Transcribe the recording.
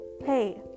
hey